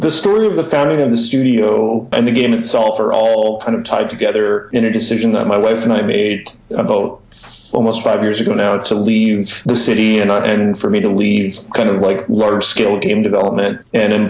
the story of the founding of the studio and the game itself are all kind of tied together in a decision that my wife and i made a boat it's almost five years ago now to leave the city at night and for me to leave kind of like large scale game development and